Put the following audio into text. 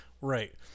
right